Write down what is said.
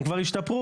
הם כבר השתפרו,